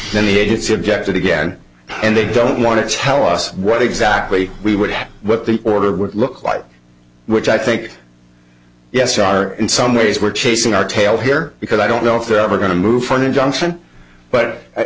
and the agency objected again and they don't want to tell us what exactly we would what the order would look like which i think yes our in some ways we're chasing our tail here because i don't know if they're ever going to move for an injunction but